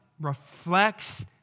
reflects